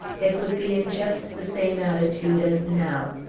it would be in just the same attitude as now!